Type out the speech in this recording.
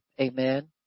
Amen